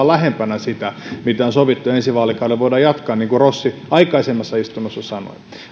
lähempänä sitä mitä on sovittu ja ensi vaalikaudella voidaan jatkaa niin kuin rossi aikaisemmassa istunnossa sanoi